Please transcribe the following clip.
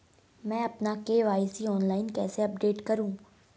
मैं अपना KYC online कैसे अपडेट करूँ?